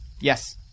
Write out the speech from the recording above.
Yes